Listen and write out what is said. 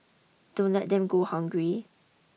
don't let them go hungry